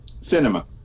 cinema